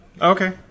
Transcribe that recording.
Okay